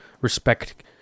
respect